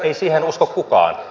ei siihen usko kukaan